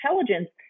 intelligence